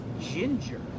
ginger